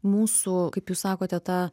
mūsų kaip jūs sakote tą